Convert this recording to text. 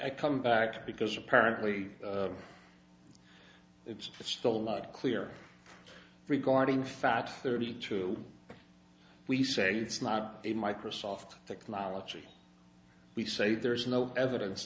i come back because apparently it's still not clear regarding fact thirty two we say it's not a microsoft technology we say there's no evidence